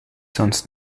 sonst